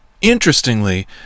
interestingly